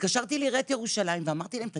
התקשרתי לעיריית ירושלים ואמרתי: תגידו,